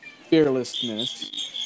fearlessness